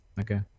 Okay